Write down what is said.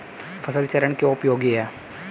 फसल चरण क्यों उपयोगी है?